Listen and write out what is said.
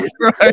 Right